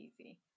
easy